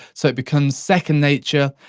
so it becomes second nature.